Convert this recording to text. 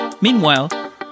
Meanwhile